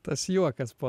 tas juokas po